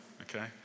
okay